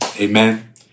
Amen